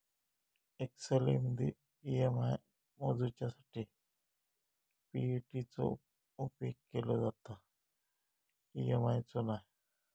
एक्सेलमदी ई.एम.आय मोजूच्यासाठी पी.ए.टी चो उपेग केलो जाता, ई.एम.आय चो नाय